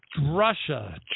Russia